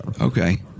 Okay